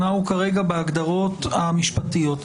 אנחנו כרגע בהגדרות המשפטיות.